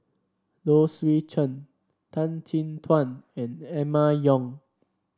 Low Swee Chen Tan Chin Tuan and Emma Yong